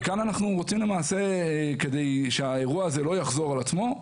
וכאן אנחנו רוצים למעשה כדי שהאירוע הזה לא יחזור על עצמו,